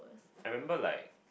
I remember like